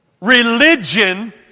Religion